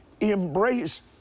Embrace